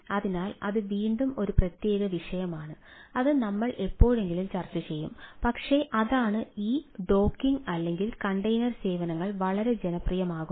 അതിനാൽ ഇത് വീണ്ടും ഒരു പ്രത്യേക വിഷയമാണ് അത് നമ്മൾഎപ്പോഴെങ്കിലും ചർച്ചചെയ്യും പക്ഷേ അതാണ് ഈ ഡോക്കിംഗ് അല്ലെങ്കിൽ കണ്ടെയ്നർ സേവനങ്ങൾ വളരെ ജനപ്രിയമാകുന്നത്